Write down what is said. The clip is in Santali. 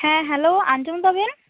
ᱦᱮᱸ ᱦᱮᱞᱳ ᱟᱸᱡᱚᱢ ᱮᱫᱟᱵᱮᱱ